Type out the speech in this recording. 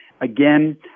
Again